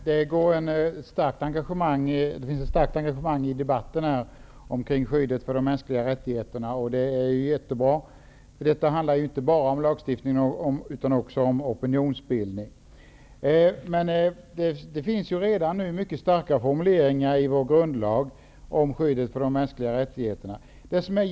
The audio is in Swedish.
Herr talman! Det finns ett starkt engagemang i den här debatten om skyddet för de mänskliga rättigheterna. Det är mycket bra. Det handlar ju inte bara om lagstiftning utan också om opinionsbildning. Redan nu finns det mycket starka formuleringar i vår grundlag om skyddet för de mänskliga rättigheterna.